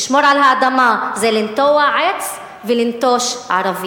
לשמור על האדמה זה לנטוע עץ ולנטוש ערבי.